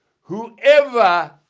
Whoever